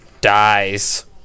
Dies